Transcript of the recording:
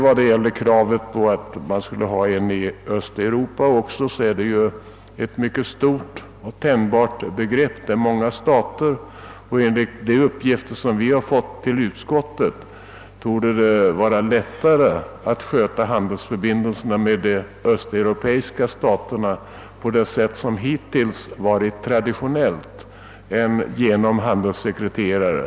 Vad gäller kravet på att Sverige skall ha en handelssekreterare i Östeuropa vill jag påpeka att Östeuropa är ett mycket stort och tänjbart begrepp; där finns många stater. Enligt de uppgifter vi fått till utskottet torde det vara lättare att sköta handelsförbindelserna med öststaterna på det sätt som hittills varit traditionellt än genom handelssekreterare.